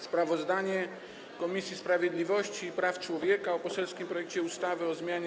Sprawozdanie Komisji Sprawiedliwości i Praw Człowieka o poselskim projekcie ustawy o zmianie